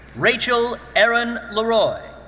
rachel erin leroy.